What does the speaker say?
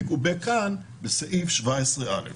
מגובה כאן בסעיף 17(א).